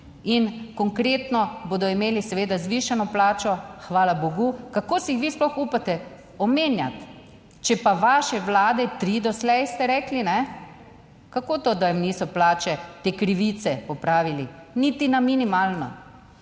in konkretno bodo imeli seveda zvišano plačo, hvala bogu. Kako si jih vi sploh upate omenjati, če pa vaše vlade, tri doslej ste rekli ne, kako to, da jim niso plače te krivice popravili niti na minimalno,